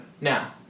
now